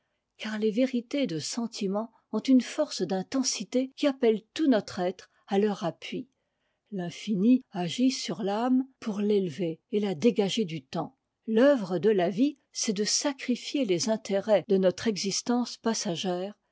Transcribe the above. car les vérités de sentiment ont une force d'intensité qui appelle tout notre être à leur appui l'infini agit sur i'ame pour l'élever et la dégager du temps l'oeuvre de la vie c'est de sacrifier les intérêts de notre existence passagère